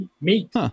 meat